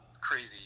crazy